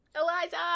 Eliza